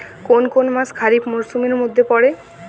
কোন কোন মাস খরিফ মরসুমের মধ্যে পড়ে?